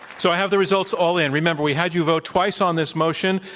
so i have the results all in. remember, we had you vote twice on this motion,